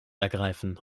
ergreifen